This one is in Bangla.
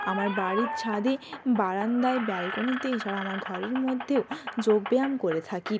আমার বাড়ির ছাদে বারান্দায় ব্যালকনিতেই এসাড়া আমার ঘরের মধ্যেও যোগ ব্যায়াম করে থাকি